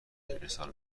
ارسال